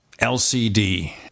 LCD